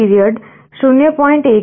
period 0